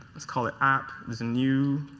let's call it app. there's a new